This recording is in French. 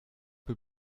peu